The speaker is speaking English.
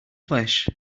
flesh